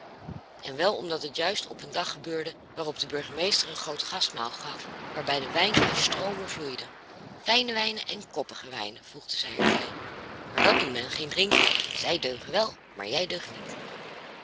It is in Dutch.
en wel omdat het juist op een dag gebeurde waarop de burgemeester een groot gastmaal gaf waarbij de wijn bij stroomen vloeide fijne wijnen en koppige wijnen voegde zij er bij maar dat noemt men geen drinken zij deugen wel maar jij deugt niet